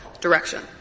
direction